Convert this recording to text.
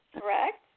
correct